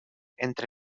entre